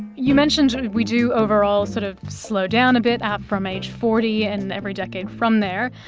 you mentioned we do overall sort of slow down a bit ah from age forty and every decade from there.